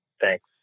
Thanks